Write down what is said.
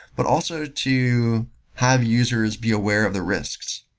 but also to have users be aware of the risks.